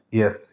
yes